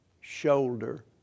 shoulder